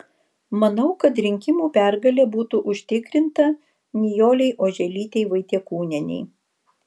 manau kad rinkimų pergalė būtų užtikrinta nijolei oželytei vaitiekūnienei